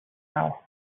now